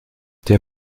der